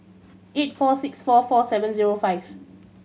eight four six four four seven zero five